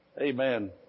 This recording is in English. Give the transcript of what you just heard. Amen